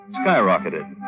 skyrocketed